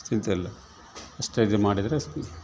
ಚಿಂತೆ ಇಲ್ಲ ಅಷ್ಟೇ ಇದು ಮಾಡಿದರೆ